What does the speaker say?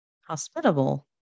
hospitable